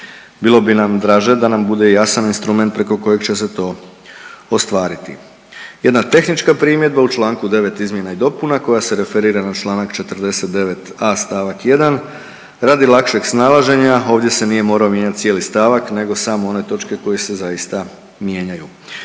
Bilo bi nam draže da nam bude jasan instrument preko kojeg će se to ostvariti. Jedna tehnička primjedba u članku 9. izmjena i dopuna koja se referira na članak 49a. stavak 1. Radi lakšeg snalaženja ovdje se nije morao mijenjati cijeli stavak nego samo one točke koje se zaista mijenjaju.